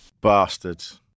Bastards